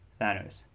Thanos